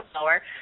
lower